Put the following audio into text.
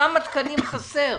כמה תקנים חסר?